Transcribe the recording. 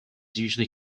usually